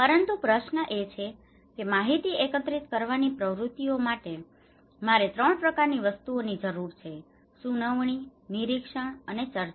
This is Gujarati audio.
પરંતુ પ્રશ્ન એ છે કે માહિતી એકત્રિત કરવાની પ્રવૃત્તિઓ માટે મારે 3 પ્રકારની વસ્તુઓની જરૂર છે સુનાવણી નિરીક્ષણ અને ચર્ચા છે